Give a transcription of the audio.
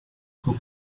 who